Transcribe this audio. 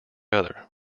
other